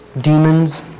demons